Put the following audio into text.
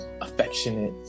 affectionate